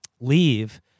leave